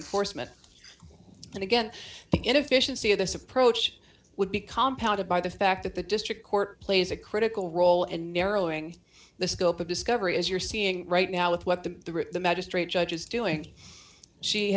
enforcement and again the inefficiency of this approach would be compound a by the fact that the district court plays a critical role and narrowing the scope of discovery as you're seeing right now with what the magistrate judge is doing she